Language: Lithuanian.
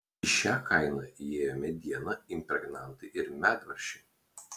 į šią kainą įėjo mediena impregnantai ir medvaržčiai